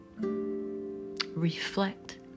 reflect